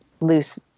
loose